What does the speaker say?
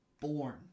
born